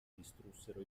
distrussero